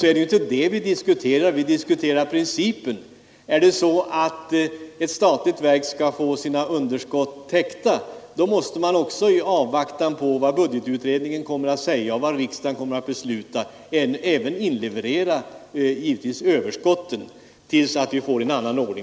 men det är ju inte det vi diskuterar Vi diskuterar principen. Får ett statligt verk sina underskott täckta, måste verket också i avvaktan på vad budgetutredningen kommer att äga och riksdagen kommer att besluta — inleverera överskotten tills vi får en annan ordning.